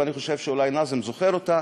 ואני חושב שאולי נאזם זוכר אותה,